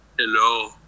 hello